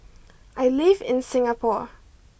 I live in Singapore